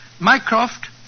Mycroft